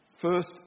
First